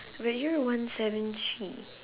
were you one seven three